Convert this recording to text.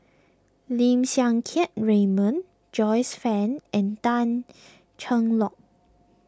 Lim Siang Keat Raymond Joyce Fan and Tan Cheng Lock